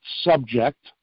subject